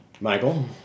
Michael